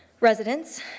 Residents